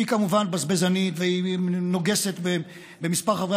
שהיא כמובן בזבזנית והיא נוגסת במספר חברי